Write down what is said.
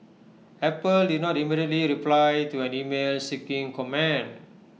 Apple did not immediately reply to an email seeking commend